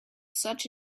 such